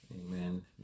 Amen